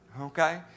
Okay